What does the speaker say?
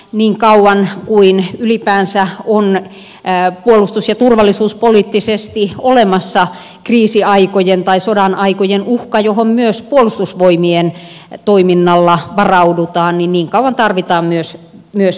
niin kauan kuin ylipäänsä on puolustus ja turvallisuuspoliittisesti olemassa kriisiaikojen tai sodan aikojen uhka johon myös puolustusvoi mien toiminnalla varaudutaan niin niin kauan tarvitaan myös väestönsuojia